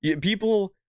People